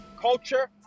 culture